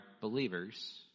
believers